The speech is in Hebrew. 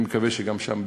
אני מקווה שגם שם,